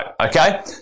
okay